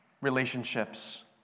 Relationships